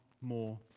more